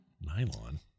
nylon